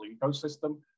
ecosystem